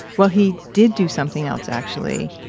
well, he did do something else, actually.